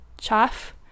chaff